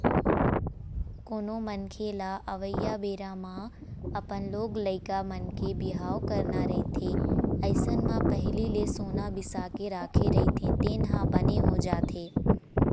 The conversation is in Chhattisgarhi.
कोनो मनखे लअवइया बेरा म अपन लोग लइका मन के बिहाव करना रहिथे अइसन म पहिली ले सोना बिसा के राखे रहिथे तेन ह बने हो जाथे